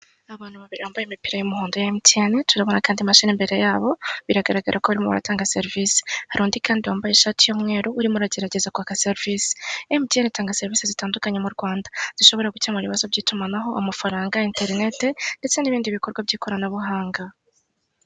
Abantu babiri bambaye imipira ya Emutiyeni, tubarabona kandi imashini imbere yaho, biragaragara ko barimo baratanga serivisi. Emutiyeni itanga serivisi zitandukanye mu Rwanda, zishobora gukemura ibibazo by'itumanaho, amafaranga, interineti ndetse n'ibindi bikorwa by'ikoranabuhanga.